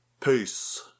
peace